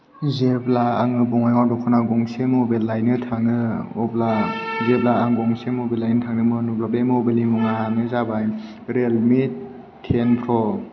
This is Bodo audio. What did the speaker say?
जेब्ला आङो बङाइगाव दखानाव गंसे मबाइल लायनो थाङो अब्ला जेब्ला आं गंसे मबाइल लायनो थांदोंमोन आब्ला बे मबाइलनि मुंआनो जाबाय रेलमि टेन प्र